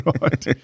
Right